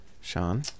Sean